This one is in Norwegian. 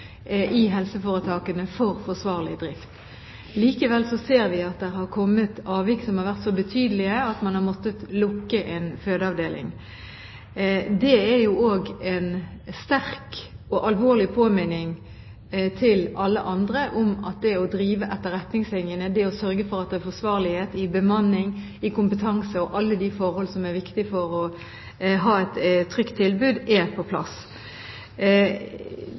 i helseforetakene. Likevel ser vi at det har kommet avvik som har vært så betydelige at man har måttet lukke en fødeavdeling. Det er jo også en sterk og alvorlig påminning til alle andre om at det å drive etter retningslinjene, det å sørge for at det er forsvarlighet i bemanning, i kompetanse og alle de forhold som er viktige for å ha et trygt tilbud, er på plass.